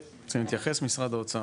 אתם רוצים להתייחס, משרד האוצר?